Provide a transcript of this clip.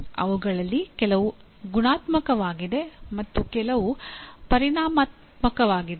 ಅವುಗಳಲ್ಲಿ ಕೆಲವು ಗುಣಾತ್ಮಕವಾಗಿವೆ ಅಥವಾ ಕೆಲವು ಪರಿಮಾಣಾತ್ಮಕವಾಗಿವೆ